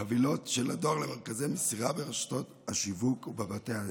חבילות של הדואר למרכזי מסירה ברשתות השיווק ובבתי העסק.